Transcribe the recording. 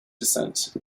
descent